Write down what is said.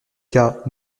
cas